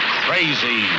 crazy